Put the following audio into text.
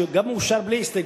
שהוא מאושר בלי הסתייגות,